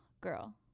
girl